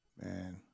man